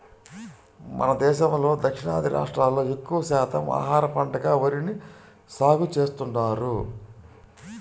మన దేశంలో దక్షిణాది రాష్ట్రాల్లో ఎక్కువ శాతం ఆహార పంటగా వరిని సాగుచేస్తున్నారు